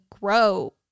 grow